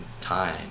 time